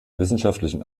wissenschaftlichen